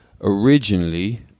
originally